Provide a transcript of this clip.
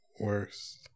worse